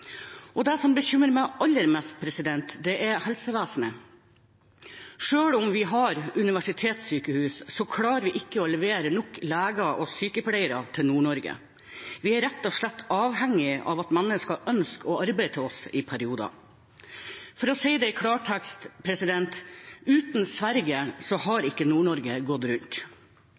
det. Det som bekymrer meg aller mest, er helsevesenet. Selv om vi har universitetssykehus, klarer vi ikke å levere nok leger og sykepleiere til Nord-Norge. Vi er rett og slett avhengig av at mennesker ønsker å arbeide hos oss i perioder. For å si det i klartekst: Uten Sverige hadde ikke Nord-Norge gått rundt.